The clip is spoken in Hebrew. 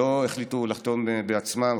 לא החליטו בעצמם,